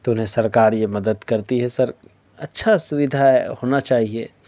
تو انہیں سرکار یہ مدد کرتی ہے سر اچھا سودھا ہونا چاہیے